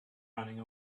running